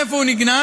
איפה הוא נגנז?